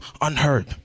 unheard